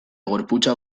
gorputza